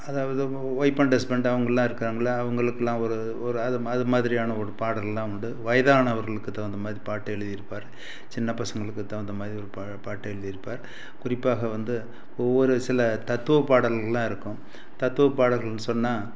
அதாவது wife and husband அவங்களாம் இருக்காங்கல்ல அவங்களுக்குலாம் ஒரு ஒரு அது அது மாதிரியான ஒரு பாடல்லாம் உண்டு வயதானவர்களுக்குத் தகுந்தமாதிரி பாட்டு எழுதியிருப்பார் சின்ன பசங்களுக்குத் தகுந்தமாதிரி ஒரு பா பாட்டு எழுதியிருப்பார் குறிப்பாக வந்து ஒவ்வொரு சில தத்துவப்பாடல்கள்லாம் இருக்கும் தத்துவ பாடல்கள்னு சொன்னால்